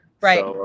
Right